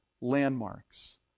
landmarks